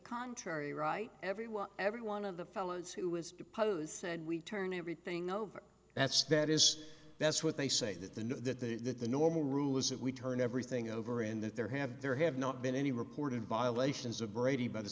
contrary right everyone every one of the fellows who was deposed said we turn everything over that's that is that's what they say that the normal rule is that we turn everything over and that there have there have not been any reported by lation is a brady by the